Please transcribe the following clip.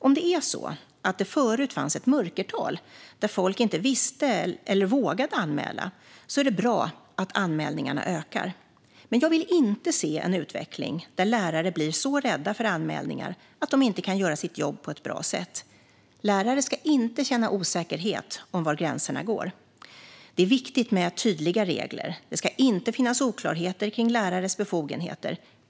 Om det är så att det förut fanns ett mörkertal, där folk inte visste eller vågade anmäla, är det bra att anmälningarna ökar. Men jag vill inte se en utveckling där lärare blir så rädda för anmälningar att de inte kan göra sitt jobb på ett bra sätt. Lärare ska inte känna osäkerhet om var gränserna går. Det är viktigt med tydliga regler. Det ska inte finnas oklarheter kring lärares befogenheter.